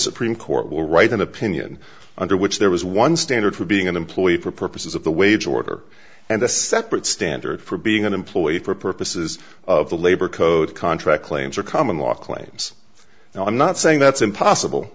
supreme court will write an opinion under which there was one standard for being an employee for purposes of the wage order and a separate standard for being an employee for purposes of the labor code contract claims are common law claims and i'm not saying that's impossible